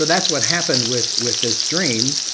that's what happened with with this dream,